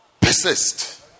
Persist